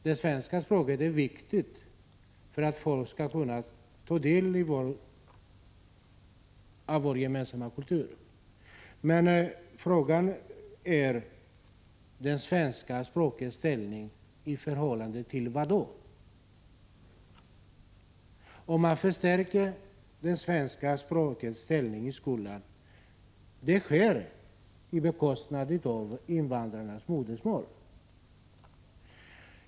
Det svenska språket är viktigt för att folk skall kunna ta del av vår gemensamma kultur, men frågan är: Det Prot. 1985/86:128 svenska språkets ställning i förhållande till vad? Om man förstärker det 25 april 1986 svenska språkets ställning i skolan sker det på bekostnad av invandrarnas modersmål.